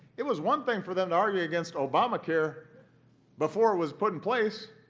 it was one thing for them to argue against obamacare before it was put in place.